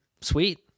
Sweet